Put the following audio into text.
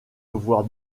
voir